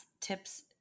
tips